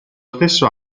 stesso